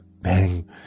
Bang